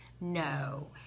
no